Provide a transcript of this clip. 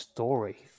Story